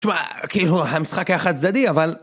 תשמע, כאילו... המשחק היה חד צדדי, אבל...